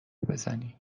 بزنی